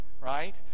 right